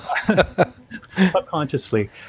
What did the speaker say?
subconsciously